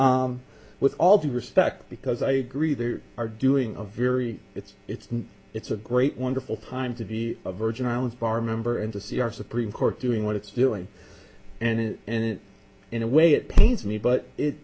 perhaps with all due respect because i agree they are doing a very it's it's a it's a great wonderful time to be a virgin islands bar member and to see our supreme court doing what it's doing and it in a way it pains me but it